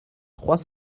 trois